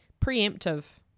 preemptive